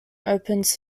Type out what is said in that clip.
opens